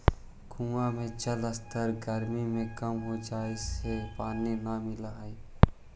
कुआँ के जलस्तर गरमी में कम हो जाए से पानी न मिलऽ हई